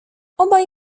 obaj